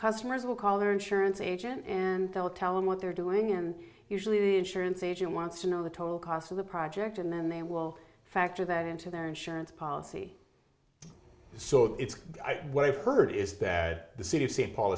customers will call their insurance agent and they'll tell them what they're doing and usually insurance agent wants to know the total cost of the project and then they will factor that into their insurance policy so it's i think what i've heard is that the city of st paul